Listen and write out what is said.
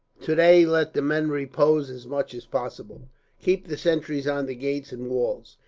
today let the men repose as much as possible keep the sentries on the gates and walls,